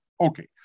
Okay